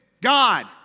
God